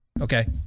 Okay